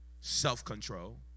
Self-control